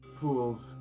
fools